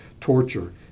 Torture